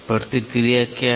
प्रतिक्रिया क्या है